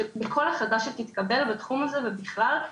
שבכל החלטה שתתקבל בתחום הזה ובכלל,